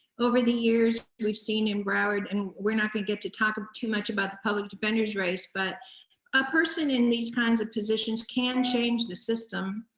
over the years we've seen in broward, and we're not gonna get to talk too much about the public defender's race, but a person in these kinds of positions can change the system.